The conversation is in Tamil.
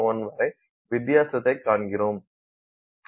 001 வரை வித்தியாசத்தைக் காண்கிறோம்